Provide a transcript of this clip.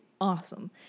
awesome